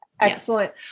Excellent